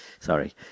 Sorry